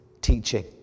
teaching